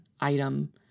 item